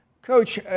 Coach